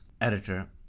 editor